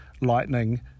lightning